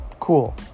Cool